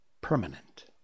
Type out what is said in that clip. permanent